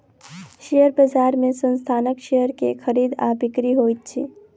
share बजार में संस्थानक शेयर के खरीद आ बिक्री होइत अछि